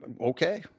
okay